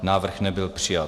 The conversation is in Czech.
Návrh nebyl přijat.